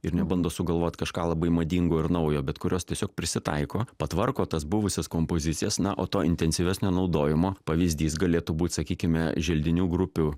ir nebando sugalvot kažką labai madingo ir naujo bet kurios tiesiog prisitaiko patvarko tas buvusias kompozicijas na o to intensyvesnio naudojimo pavyzdys galėtų būt sakykime želdinių grupių